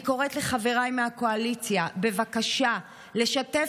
אני קוראת לחבריי מהקואליציה בבקשה לשתף